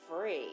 free